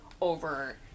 over